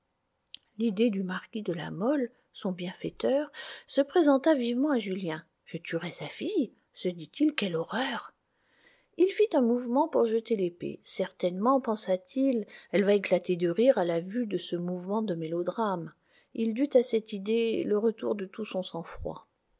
l'idée du marquis de la mole son bienfaiteur se présenta vivement à julien je tuerais sa fille se dit-il quelle horreur il fit un mouvement pour jeter l'épée certainement pensa-t-il elle va éclater de rire à la vue de ce mouvement de mélodrame il dut à cette idée le retour de tout son sang-froid